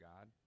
God